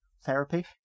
therapy